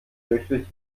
löchrig